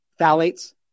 Phthalates